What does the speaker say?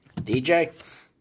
DJ